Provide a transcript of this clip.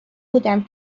بودم